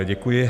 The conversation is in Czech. Děkuji.